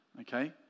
Okay